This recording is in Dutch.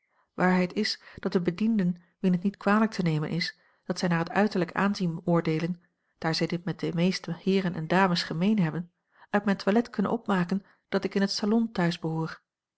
waarheid is dat de bedienden wien het niet kwalijk te nemen is dat zij naar het uiterlijk aanzien oordeelen daar zij dit met de meeste heeren en dames gemeen hebben uit mijn toilet kunnen opmaken dat ik in het salon thuis behoor